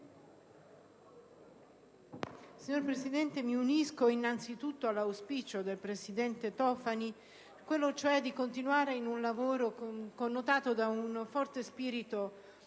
Signora Presidente, mi unisco innanzitutto all'auspicio del presidente Tofani di continuare in un lavoro connotato da un forte spirito